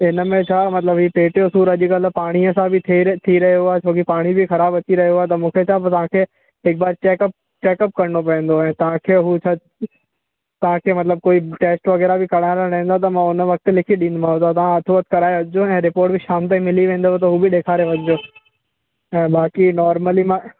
त हिन में छा मतिलबु ही पेट जो सूरु अॼुकल्ह पाणीअ सां बि थी रहे थी रहियो आहे छो की पाणी बि ख़राबु अची रहियो आहे त मूंखे छा तव्हांखे हिकु बार चेक अप चेक अप करिणो पवंदो ऐं तव्हांखे हू छा तव्हांखे मतिलबु कोई टेस्ट वग़ैरह बि कराइणा रहंदा त मां हुन वक़्तु लिखी ॾीदोमांव त तव्हां हथो हथु कराए अचिजो ऐं रिपोर्ट बि शाम ताईं मिली वेंदव त हू बि ॾेखारे वञिजो बाक़ी नोर्मली मां